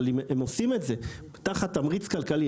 אבל אם עושים את זה תחת תמריץ כלכלי,